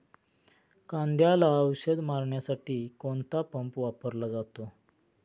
कांद्याला औषध मारण्यासाठी कोणता पंप वापरला जातो?